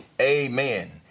Amen